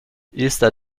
easter